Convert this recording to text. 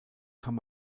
kann